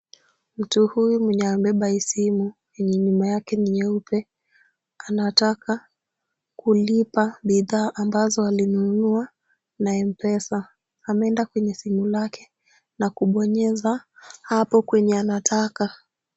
Mtu huyu mwenye amebeba hii simu, yenye nyuma yake ni nyeupe, anataka kulipa bidhaa ambazo alinunua na M-Pesa. Ameenda kwenye simu lake na kubonyeza hapo kwenye anataka.